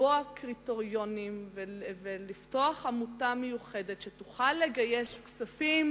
לקבוע קריטריונים ולפתוח עמותה מיוחדת שתוכל לגייס כספים,